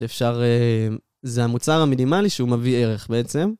אפשר... זה המוצר המינימלי שהוא מביא ערך בעצם.